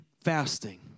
fasting